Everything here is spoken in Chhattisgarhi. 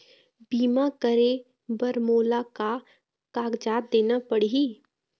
बीमा करे बर मोला का कागजात देना पड़ही?